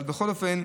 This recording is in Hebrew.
אבל בכל אופן,